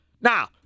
Now